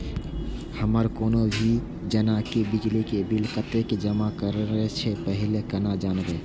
हमर कोनो भी जेना की बिजली के बिल कतैक जमा करे से पहीले केना जानबै?